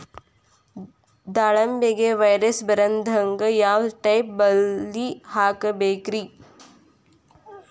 ದಾಳಿಂಬೆಗೆ ವೈರಸ್ ಬರದಂಗ ಯಾವ್ ಟೈಪ್ ಬಲಿ ಹಾಕಬೇಕ್ರಿ?